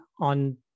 on